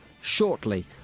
shortly